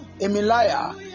Emilia